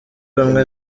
ubumwe